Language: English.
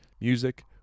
music